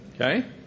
Okay